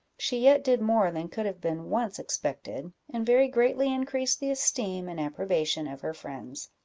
she yet did more than could have been once expected, and very greatly increased the esteem and approbation of her friends.